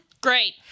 Great